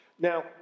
Now